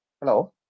Hello